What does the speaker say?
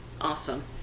Awesome